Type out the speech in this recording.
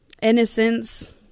Innocence